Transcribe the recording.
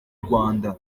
rwanda